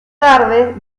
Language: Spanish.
tarde